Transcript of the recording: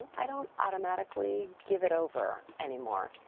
i don't automatically give it over anymore.